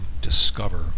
discover